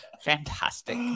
fantastic